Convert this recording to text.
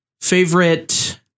Favorite